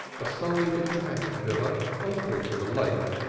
a solid detached villa on the brink of a lake,